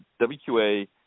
WQA